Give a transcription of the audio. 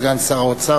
סגן שר האוצר,